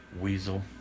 Weasel